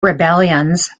rebellions